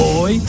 Boy